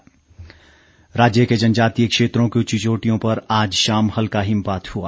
मौसम राज्य के जनजातीय क्षेत्रों की उंची चोटियों पर आज शाम हल्का हिमपात हुआ